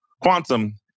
Quantum